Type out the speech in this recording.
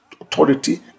authority